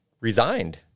resigned